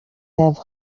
have